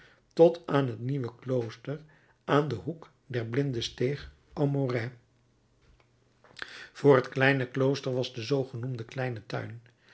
tot aan het nieuwe klooster aan den hoek der blinde steeg aumarais voor het kleine klooster was de zoogenoemde kleine tuin